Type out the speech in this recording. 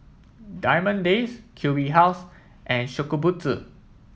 Diamond Days Q B House and Shokubutsu